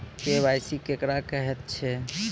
KYC केकरा कहैत छै?